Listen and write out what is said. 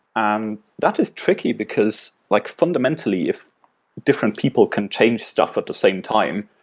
um that is tricky, because like fundamentally if different people can change stuff at the same time,